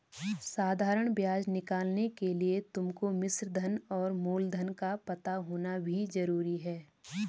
साधारण ब्याज निकालने के लिए तुमको मिश्रधन और मूलधन का पता होना भी जरूरी है